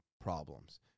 problems